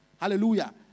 Hallelujah